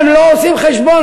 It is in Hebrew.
הן לא עושות חשבון.